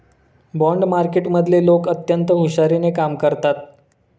bond मार्केटमधले लोक अत्यंत हुशारीने कामं करतात